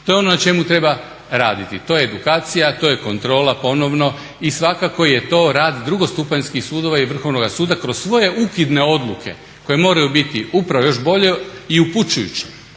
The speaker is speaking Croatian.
To je ono na čemu treba raditi, to je edukacija, to je kontrola ponovno i svakako je to rad drugostupanjskih sudova i Vrhovnoga suda kroz svoje ukidne odluke koje moraju biti upravo još bolje i upućujuće.